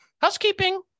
housekeeping